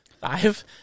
five